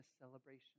celebration